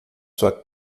sua